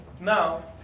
Now